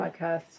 podcast